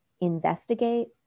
investigate